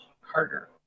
harder